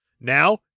Now